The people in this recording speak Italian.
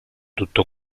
tutto